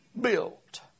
built